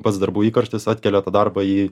pats darbų įkarštis atkelia tą darbą į